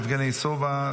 יבגני סובה,